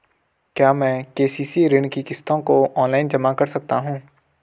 क्या मैं के.सी.सी ऋण की किश्तों को ऑनलाइन जमा कर सकता हूँ?